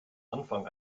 anfang